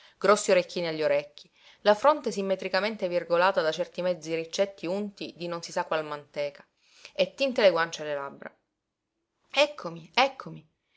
grossi orecchini agli orecchi la fronte simmetricamente virgolata da certi mezzi riccetti unti non si sa di qual manteca e tinte le guance e le labbra eccomi eccomi